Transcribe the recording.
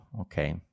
okay